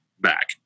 back